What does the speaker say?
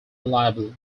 reliable